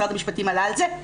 משרד המשפטים עלה על זה.